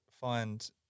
find